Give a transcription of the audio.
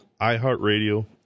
iHeartRadio